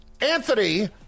Anthony